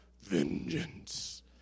vengeance